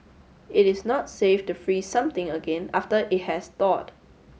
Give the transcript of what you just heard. it is not safe to freeze something again after it has thawed